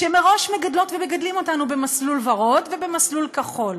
שמראש מגדלות ומגדלים אותנו במסלול ורוד ובמסלול כחול.